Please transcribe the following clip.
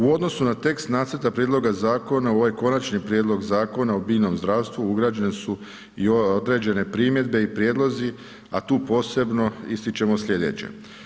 U odnosu na tekst nacrta prijedloga zakona u ovaj konačni prijedloga Zakona o biljnom zdravstvu ugrađene su i određene primjedbe i prijedlozi, a tu posebno ističemo slijedeće.